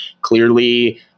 clearly